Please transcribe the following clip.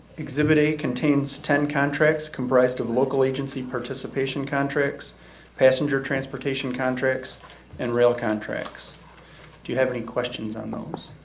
exhibit a contains ten contracts comprised of local agency participation contracts passenger transportation contracts and rail contracts do you have any questions on those